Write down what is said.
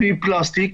מפלסטיק,